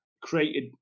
created